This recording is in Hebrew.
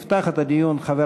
יפתח את הדיון חבר